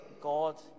God